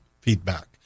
feedback